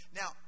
Now